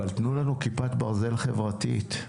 אבל תנו לנו כיפת ברזל חברתית,